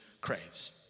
craves